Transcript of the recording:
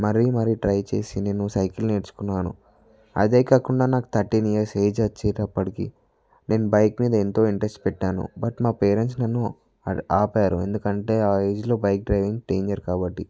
మరీ మరీ ట్రై చేసి నేను సైకిల్ నేర్చుకున్నాను అదే కాకుండా నాకు థర్టీన్ ఇయర్స్ ఏజ్ వచ్చేటప్పటికి నేను బైక్ మీద ఎంతో ఇంట్రెస్ట్ పెట్టాను బట్ మా పేరెంట్స్ నన్ను ఆపారు ఎందుకంటే ఆ ఏజ్లో బైక్ డ్రైవింగ్ డేంజర్ కాబట్టి